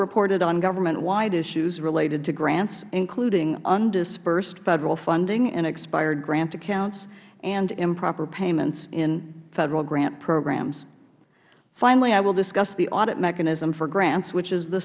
reported on government wide issues related to grants including undisbursed federal funding in expired grant accounts and improper payments in federal grant programs finally i will discuss the audit mechanism for grants which is the